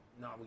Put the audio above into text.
No